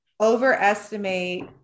overestimate